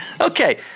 Okay